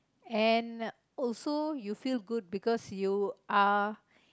and also you feel good because you are